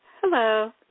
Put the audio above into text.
Hello